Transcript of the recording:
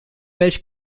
welch